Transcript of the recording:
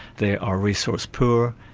they are resource poor,